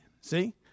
See